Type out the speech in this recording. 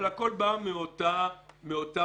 אבל הכול בא מאותה מגמה,